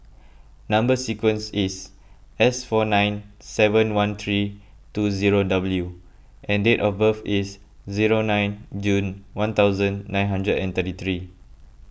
Number Sequence is S four nine seven one three two zero W and date of birth is zero nine June one thousand nine hundred and thirty three